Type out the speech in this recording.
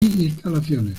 instalaciones